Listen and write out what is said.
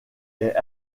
est